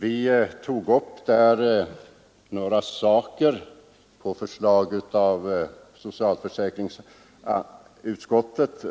Vi tog då upp några saker, och på förslag av socialförsäkringsutskottet